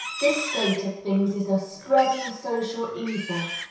this state of things is a spreading social evil,